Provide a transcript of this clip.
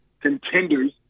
contenders